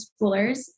schoolers